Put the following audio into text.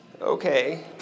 Okay